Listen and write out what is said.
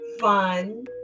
fun